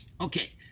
Okay